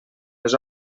les